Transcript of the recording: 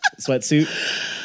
sweatsuit